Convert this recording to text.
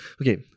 okay